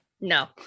No